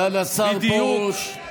סגן השר פרוש,